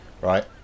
right